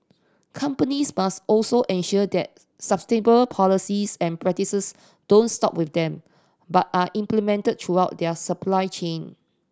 companies must also ensure that sustainable policies and practices don't stop with them but are implemented throughout their supply chain